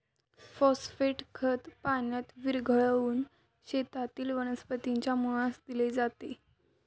phosphate खत पाण्यात विरघळवून शेतातील वनस्पतीच्या मुळास दिले जाते